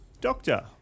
Doctor